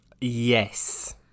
Yes